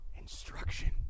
instruction